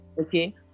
okay